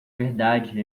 verdade